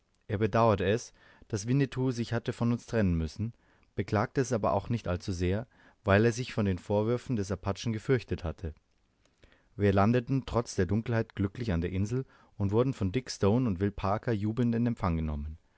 er bedauerte es daß winnetou sich hatte von uns trennen müssen beklagte es aber auch nicht allzu sehr weil er sich vor den vorwürfen des apachen gefürchtet hatte wir landeten trotz der dunkelheit glücklich an der insel und wurden von dick stone und will parker jubelnd in empfang genommen